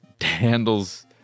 handles